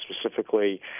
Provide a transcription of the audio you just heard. specifically